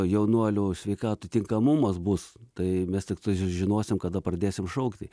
jaunuolių sveikatų tinkamumas bus tai mes tiktai žinosim kada pradėsim šaukti